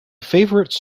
favourite